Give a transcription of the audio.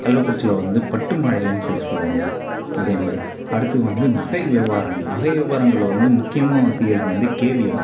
கள்ளக்குறிச்சியில வந்து பட்டுமாளிகையின்னு சொல்லி சொல்லுவாங்க அதேமாதிரி அடுத்து வந்து நகை வியாபாரங்கள் நகை வியாபாரங்கள் வந்து முக்கியமாக செய்யறது வந்து கேவிஎம்